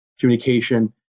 communication